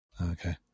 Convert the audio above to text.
Okay